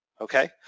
okay